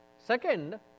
Second